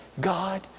God